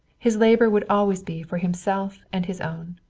his labor would always be for himself and his own.